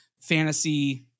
fantasy